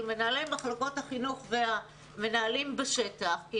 של מנהלי מחלקות החינוך והמנהלים בשטח.